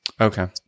Okay